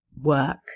work